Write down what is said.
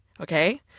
okay